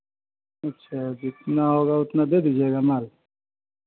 अच्छा जितना होगा उतना दे दीजिएगा माल